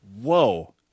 Whoa